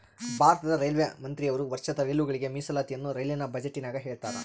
ಭಾರತದ ರೈಲ್ವೆ ಮಂತ್ರಿಯವರು ವರ್ಷದ ರೈಲುಗಳಿಗೆ ಮೀಸಲಾತಿಯನ್ನ ರೈಲಿನ ಬಜೆಟಿನಗ ಹೇಳ್ತಾರಾ